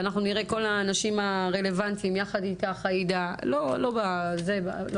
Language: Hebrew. כל האנשים הרלוונטיים יחד איתך עאידה לא בוועדה,